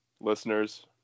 listeners